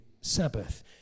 Sabbath